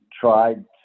tried